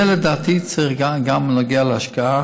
זה, לדעתי, צריך להגיע גם בהשקעה